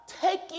taking